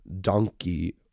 donkey